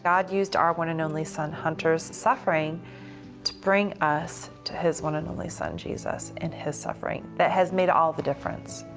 used our one and only son hunters suffering to bring us to his one and only son jesus, and his suffering. that has made all the difference.